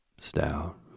stout